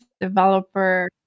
developer